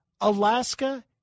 Alaska